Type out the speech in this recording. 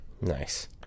Nice